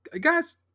Guys